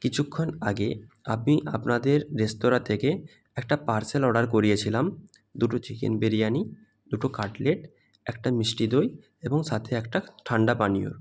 কিছুক্ষণ আগে আমি আপনাদের রেস্তোঁরা থেকে একটা পার্সেল অর্ডার করিয়েছিলাম দুটো চিকেন বিরিয়ানি দুটো কাটলেট একটা মিষ্টি দই এবং সাথে একটা ঠান্ডা পানীয়